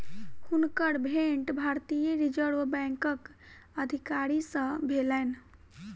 हुनकर भेंट भारतीय रिज़र्व बैंकक अधिकारी सॅ भेलैन